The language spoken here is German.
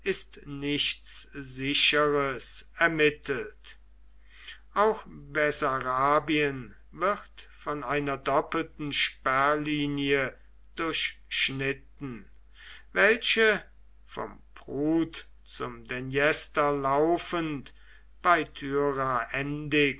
nichts sicheres ermittelt auch bessarabien wird von einer doppelten sperrlinie durchschnitten welche vom prut zum dnjestr laufend bei